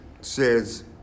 says